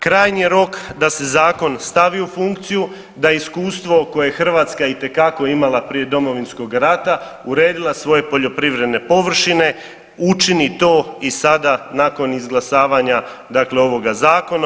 Krajnji je rok da se zakon stavi u funkciju, da iskustvo koje je Hrvatska itekako imala prije Domovinskog rata, uredila svoje poljoprivredne površine učini to i sada nakon izglasavanja dakle ovoga zakona.